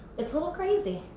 it's a little crazy.